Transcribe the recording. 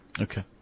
Okay